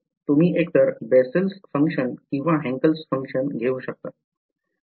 तुम्ही एकतर Bessel s Function किंवा Hankals Function घेऊ शकता